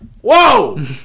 Whoa